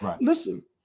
Listen